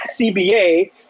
CBA